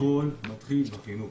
הכול מתחיל בחינוך.